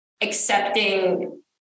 accepting